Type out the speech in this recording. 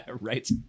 right